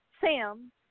Sam